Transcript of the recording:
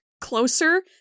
closer